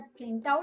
printout